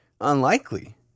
unlikely